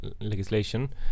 legislation